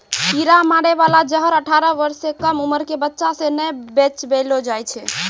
कीरा मारै बाला जहर अठारह बर्ष सँ कम उमर क बच्चा सें नै बेचबैलो जाय छै